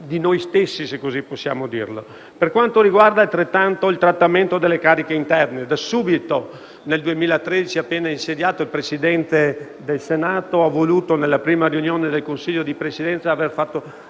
Per quanto riguarda il trattamento delle cariche interne, da subito nel 2013, appena insediato, il Presidente del Senato ha voluto, nella prima riunione del Consiglio di Presidenza, operare